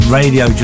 radio